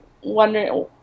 wondering